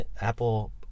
Apple